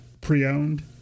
pre-owned